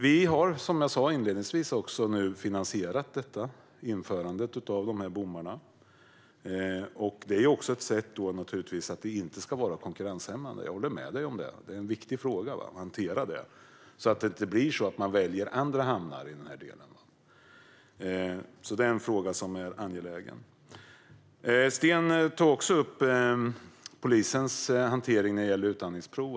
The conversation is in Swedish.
Vi har nu, som jag sa inledningsvis, finansierat införandet av bommarna. Det är ett sätt för att det inte ska vara konkurrenshämmande. Jag håller med dig om att det är viktigt att hantera det så att man inte väljer andra hamnar i den här delen. Det är en angelägen fråga. Sten tog också upp polisens hantering av utandningsprov.